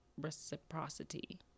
reciprocity